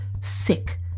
sick